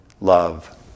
love